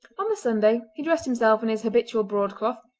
on the sunday he dressed himself in his habitual broadcloth,